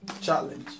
challenge